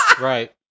Right